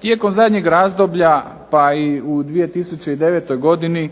Tijekom zadnjeg razdoblja pa i u 2009. godini